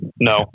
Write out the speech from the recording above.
No